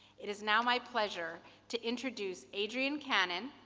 it is now my pleasure to introduce adrienne cannon,